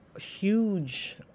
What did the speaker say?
huge